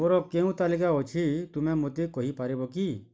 ମୋର କେଉଁ ତାଲିକା ଅଛି ତୁମେ ମୋତେ କହିପାରିବ କି